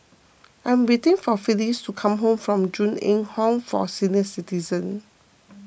I am waiting for Phillis to come home from Ju Eng Home for Senior Citizens